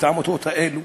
את העמותות האלה,